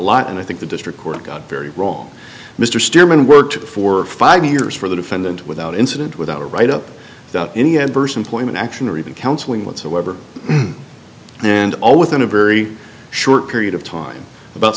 lot and i think the district court got very wrong mr stearman worked for five years for the defendant without incident without a write up about any adverse employment action or even counseling whatsoever and all within a very short period of time about